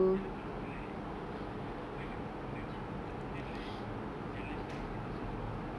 then selepas itu like if Tiba Tiba the oh gaji potong then like their lifestyle is still the same you know